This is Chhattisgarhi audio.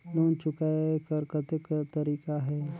लोन चुकाय कर कतेक तरीका है?